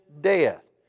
death